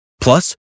Plus